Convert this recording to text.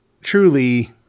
truly